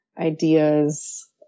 ideas